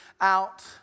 out